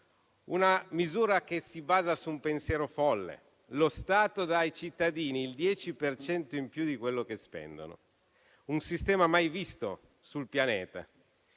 Tale misura si basa su un pensiero folle: lo Stato dà ai cittadini il 10 per cento in più di quello che spendono. Un sistema mai visto sul pianeta.